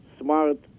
smart